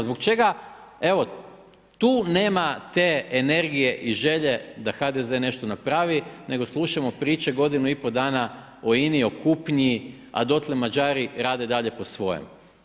Zbog čega tu nema te energije i želje da HDZ nešto napravi nego slušamo priče godinu i pol dana o INA-i, o kupnji a dotle Mađari rade dalje po svojem?